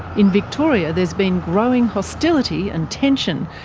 in victoria, there's been growing hostility and tension,